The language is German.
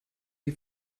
die